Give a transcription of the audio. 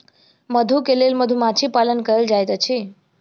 मधु के लेल मधुमाछी पालन कएल जाइत अछि